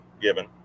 given